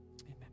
Amen